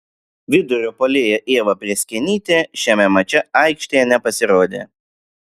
vidurio puolėja ieva prėskienytė šiame mače aikštėje nepasirodė